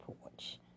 porch